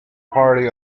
party